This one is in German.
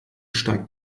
steigt